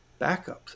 backups